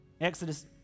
Exodus